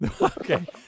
okay